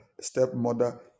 stepmother